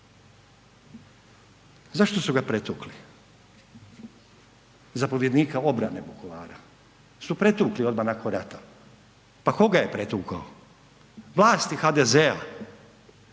Zašto su ga pretukli? Zapovjednika obrane Vukovara su pretukli odmah nakon rata. Pa tko ga je pretukao? Vlasti HDZ-a.